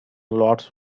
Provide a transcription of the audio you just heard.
lots